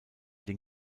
den